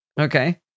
Okay